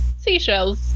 seashells